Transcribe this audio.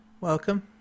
welcome